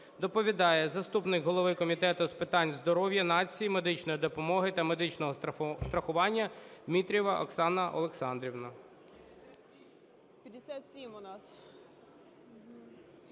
Доповідає заступник голови Комітету з питань здоров'я нації, медичної допомоги та медичного страхування Дмитрієва Оксана Олександрівна.